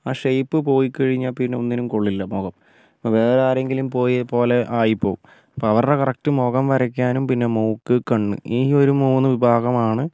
ആ ഷേപ്പ് പോയിക്കഴിഞ്ഞാൽ പിന്നെ ഒന്നിനും കൊള്ളില്ല മുഖം വേറെ ആരെങ്കിലും പോയി പോലെ ആയിപ്പോകും അപ്പം അവരുടെ കറക്റ്റ് മുഖം വരയ്ക്കാനും പിന്നെ മൂക്ക് കണ്ണ് ഈയൊരു മൂന്നു വിഭാഗമാണ്